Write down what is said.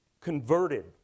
converted